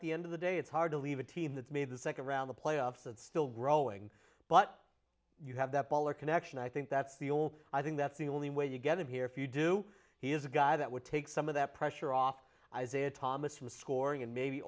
the end of the day it's hard to leave a team that made the second round the playoffs and still growing but you have that baller connection i think that's the old i think that's the only way you get him here if you do he is a guy that would take some of that pressure off isaiah thomas from scoring and maybe